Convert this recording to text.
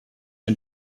ein